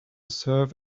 serve